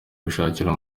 gushakira